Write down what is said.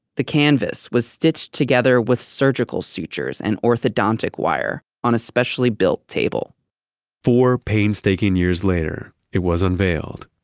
the canvas was stitched together with surgical sutures and orthodontic wire on a specially built table four painstaking years later, it was unveiled.